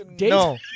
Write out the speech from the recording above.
no